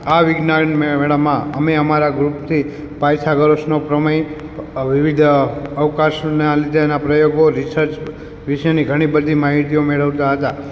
આ વિજ્ઞાન મે મેળામાં અમે અમારાં ગ્રુપથી પાયથાગોરસનો પ્રમેય અ વિવિધ અવકાશના લીધેના પ્રયોગો રીસર્ચ વિશેની ઘણી બધી માહિતીઓ મેળવતાં હતાં